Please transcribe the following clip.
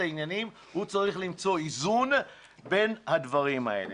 העניינים הוא צריך למצוא איזון בין הדברים האלה.